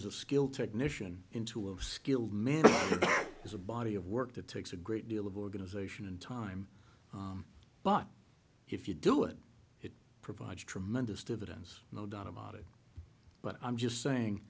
who's a skilled technician into a skilled man is a body of work that takes a great deal of organization and time but if you do it provides tremendous dividends no doubt about it but i'm just saying